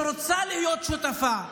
שרוצה להיות שותפה,